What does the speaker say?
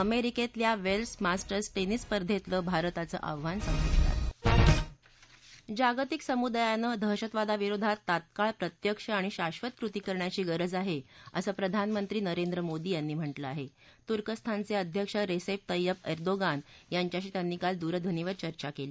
अमरिकेतिल्या वस्ति मास्टर्स टर्विस स्पर्धेतलं भारताचं आव्हान संप्रृष्टात जागतिक समुदायानं दहशतवादाविरोधात तात्काळ प्रत्यक्ष आणि शाक्षत कृती करण्याची गरज आहा असं प्रधानमंत्री नरेंद्र मोदी यांनी म्हटलं आह तुर्कस्तानच अध्यक्ष रस्ता तय्यप एर्दोगान यांच्याशी त्यांनी काल दूरध्वनीवर चर्चा कळी